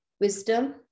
wisdom